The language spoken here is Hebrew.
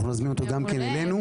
אנחנו נזמין אותו גם כן אלינו.